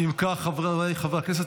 אם כך, חבריי חברי הכנסת,